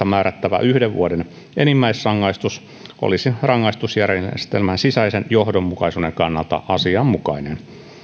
määrättävä yhden vuoden enimmäisrangaistus olisi rangaistusjärjestelmän sisäisen johdonmukaisuuden kannalta asianmukainen